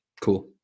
Cool